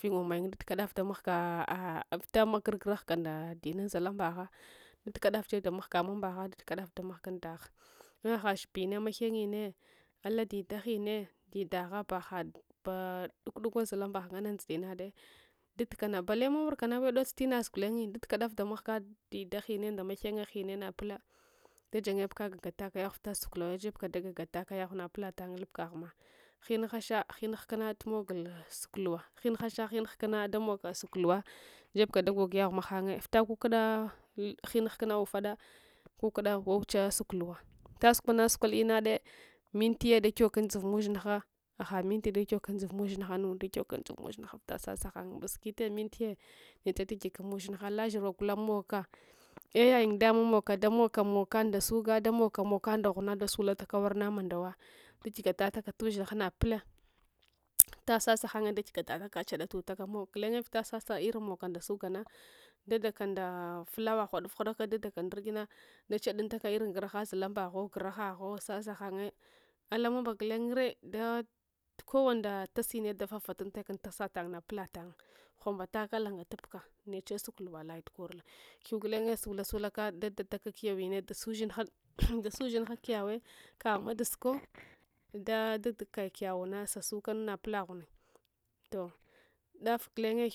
Fuwa inannye dad ka daf damghga vita ma gara ghga nda dadrinan zhalambagha dadak daf damgha dagha vita haha zhibina mahinnyine ak didahinne dida gha bahad ba dak dukwa zahalambagha andbi vinade dada kama bale wurka kle dots tinazha ghanyi dadaka daf damghga deda hina nda machenya hine mapila da janyebka gagataka yagh vita suk luwa jebks gagatataka yagh napitatayin lapkaghma hine haha hine hkna mogha suk luwa suk luwa jebka da gagatataka yashe mahannya vita kukuda hin hasha hin hkina hin uffe da kukuda wawache suk luwa vita sulthlata sukol inade mintiye da kyogka andziva mun zhinha ha mintiye da kyogka andsiva ushin hamu vita sasa han biskita minti ye neche tagika mushinha lasba gulun moka e yayindama da mogka moka nda ghuna da sula taka wurna mandawa da gigataka t ushinha napila vita sasahan da gigetataka chadatataks mok gunye vita sasa irin moka nda suogana dadaka nda flour ghuadaf ghuadaka nda ena da chada tuntaka irin graha zhalambagha grahagho sasa hanye ak mama mbine gunre da kowa nda taseni fatatamtaka antase tan napita tahan ghuanubataka langpka neche suk luwa laya t kor hiya gulan sula sula ka dada dak ta ka kiyawe da susa ushin da susa ushin ha das ushinha kiyauna da sasutakume napita to daf glenye